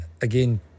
Again